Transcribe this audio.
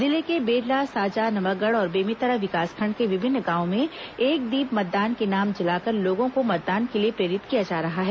जिले के बेरला साजा नवागढ़ और बेमेतरा विकासखंड के विभिन्न गांवों में एक दीप मतदान के नाम जलाकर लोगों को मतदान के लिए प्रेरित किया जा रहा है